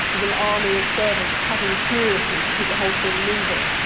there's an army of servants paddling furiously to keep the whole thing moving.